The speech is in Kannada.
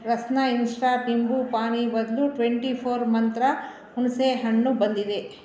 ರಸ್ನಾ ಇನ್ಸ್ಟಾ ನಿಂಬೂ ಪಾನಿ ಬದಲು ಟ್ವೆಂಟಿ ಫೋರ್ ಮಂತ್ರ ಹುಣಸೇಹಣ್ಣು ಬಂದಿದೆ